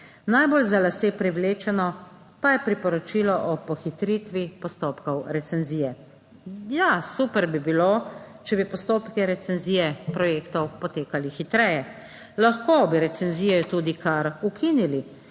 Najbolj za lase privlečeno pa je priporočilo o pohitritvi postopkov recenzije. Ja, super bi bilo, če bi postopki recenzije projektov potekali hitreje. Lahko bi recenzije tudi kar ukinili